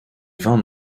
vingt